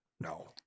No